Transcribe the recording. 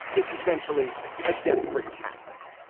it's essentially a desperate tactic.